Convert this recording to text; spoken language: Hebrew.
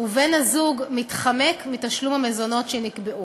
ובן-הזוג מתחמק מתשלום המזונות שנקבעו.